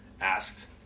asked